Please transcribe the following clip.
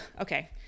okay